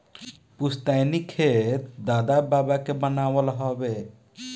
पुस्तैनी खेत दादा बाबा के बनावल हवे